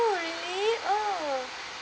really oh